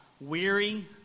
weary